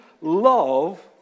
love